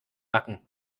backen